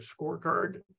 scorecard